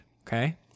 Okay